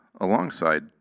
alongside